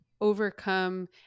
overcome